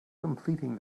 completing